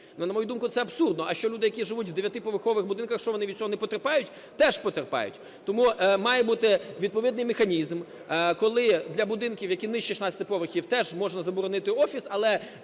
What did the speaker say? На мою думку, це абсурдно. А що, люди, які живуть у 9-поверхових будинках, що, вони від цього не потерпають? Теж потерпають. Тому має бути відповідний механізм, коли для будинків, які нижче 16 поверхів, теж можна заборонити офіс, але